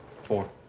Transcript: Four